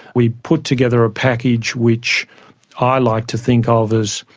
we put together a package which i like to think ah of as,